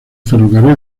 ferrocarril